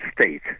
state